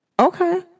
okay